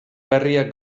berriak